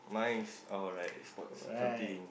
mine is alright sports something